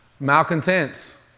malcontents